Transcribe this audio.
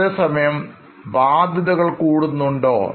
അതേസമയം ബാധ്യതകൾ കൂടുന്നുണ്ടോ